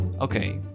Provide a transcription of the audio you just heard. okay